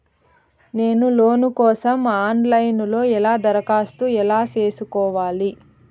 నేను లోను కోసం online లో ఎలా దరఖాస్తు ఎలా సేసుకోవాలి?